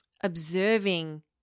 observing